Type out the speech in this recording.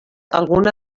alguna